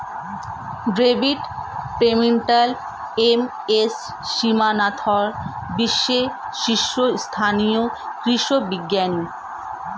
David Pimentel, M S Swaminathan বিশ্বের শীর্ষস্থানীয় কৃষি বিজ্ঞানী